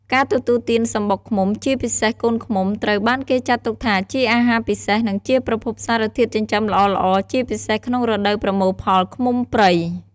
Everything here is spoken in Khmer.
ការទទួលទានសំបុកឃ្មុំ ជាពិសេសកូនឃ្មុំ ត្រូវបានគេចាត់ទុកថាជាអាហារពិសេសនិងជាប្រភពសារធាតុចិញ្ចឹមល្អៗ ជាពិសេសក្នុងរដូវប្រមូលផលឃ្មុំព្រៃ។